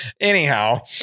anyhow